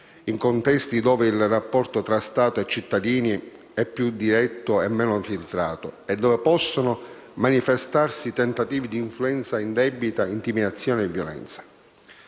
in contesti dove il rapporto tra Stato e cittadini è più diretto e meno filtrato, e dove possono manifestarsi tentativi di influenza indebita, intimidazioni e violenze.